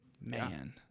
man